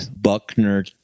Buckner